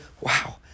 wow